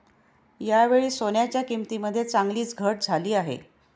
यावेळी सोन्याच्या किंमतीमध्ये चांगलीच घट झाली आहे